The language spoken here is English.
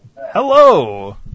Hello